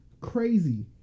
crazy